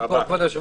הישיבה ננעלה בשעה